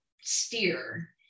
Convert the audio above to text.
steer